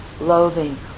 loathing